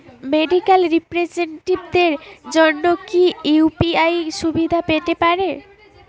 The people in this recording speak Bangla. মেডিক্যাল রিপ্রেজন্টেটিভদের জন্য কি ইউ.পি.আই সুবিধা পেতে পারে?